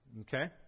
Okay